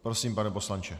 Prosím, pane poslanče.